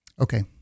Okay